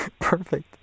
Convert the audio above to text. Perfect